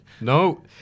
No